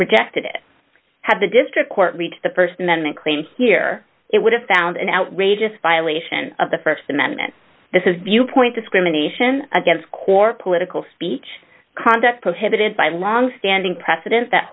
rejected it had the district court read the st amendment claim here it would have found an outrageous violation of the for amendment this is viewpoint discrimination against core political speech conduct prohibited by long standing precedent that